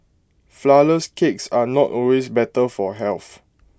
Flourless Cakes are not always better for health